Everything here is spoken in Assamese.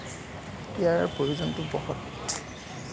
ইয়াৰ প্ৰয়োজনটো বহুত